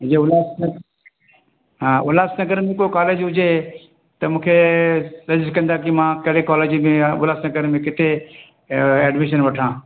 जे उल्हास नगर हा उल्हास नगर में कोई कॉलेज हुजे त मूंखे सर्च कंदा की मां कहिड़े कॉलेज में आहियां उल्हास नगर में किथे एडमिशन वठां